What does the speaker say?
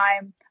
time